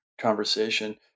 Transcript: conversation